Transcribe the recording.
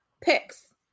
picks